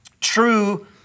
true